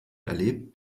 erlebt